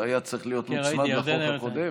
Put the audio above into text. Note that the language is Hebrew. זה היה צריך להיות מוצמד לחוק הקודם.